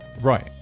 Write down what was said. Right